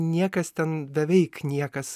niekas ten beveik niekas